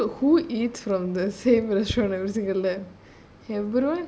who who eats from the same restaurant every single time everyone